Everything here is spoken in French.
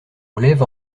glaive